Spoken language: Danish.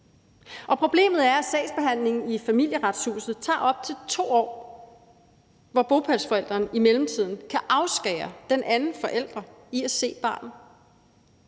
Problemet er, at sagsbehandlingen i Familieretshuset tager op til 2 år, hvor bopælsforælderen i mellemtiden kan afskære den anden forælder fra at se barnet.